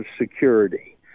security